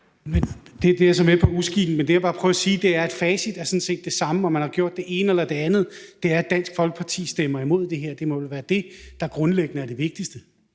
Jeg er så med på det med uskikken, men det, jeg bare prøver at sige, er, at facit sådan set er det samme, om man har gjort det ene eller det andet, og det er, at Dansk Folkeparti stemmer imod det her. Det må vel være det, der grundlæggende er det vigtigste.